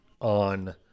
on